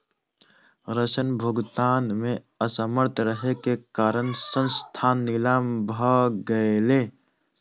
ऋण भुगतान में असमर्थ रहै के कारण संस्थान नीलाम भ गेलै